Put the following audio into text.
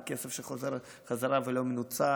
כי אם כסף חוזר בחזרה ולא מנוצל,